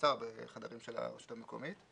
המועצה או בחדרים של הרשות המקומית.